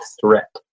threat